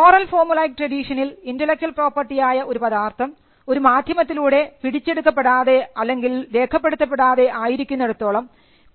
oral formulaic ട്രഡിഷനിൽ intellectual property ആയ ഒരു പദാർത്ഥം ഒരു മാധ്യമത്തിലൂടെ പിടിച്ചെടുക്കപ്പെടാതെ അല്ലെങ്കിൽ രേഖപ്പെടുത്തപ്പെടാതെ ആയിരിക്കുന്നിടത്തോളം